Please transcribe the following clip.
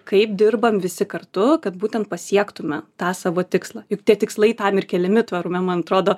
kaip dirbam visi kartu kad būtent pasiektume tą savo tikslą juk tie tikslai tam ir keliami tvarume man atrodo